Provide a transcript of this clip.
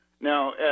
Now